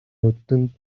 нүдэнд